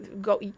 go